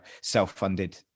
self-funded